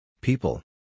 People